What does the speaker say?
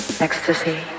Ecstasy